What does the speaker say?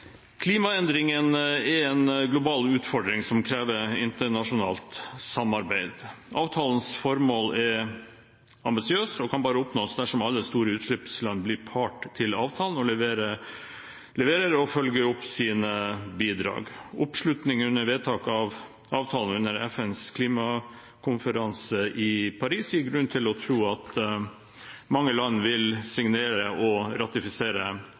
Klimaendringene er en global utfordring som krever internasjonalt samarbeid. Avtalens formål er ambisiøst og kan bare oppnås dersom alle store utslippsland blir part til avtalen, leverer og følger opp sine bidrag. Oppslutningen om vedtaket av avtalen under FNs klimakonferanse i Paris gir grunn til å tro at mange land vil signere og ratifisere